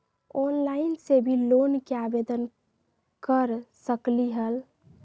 Online से भी loan के आवेदन कर सकलीहल?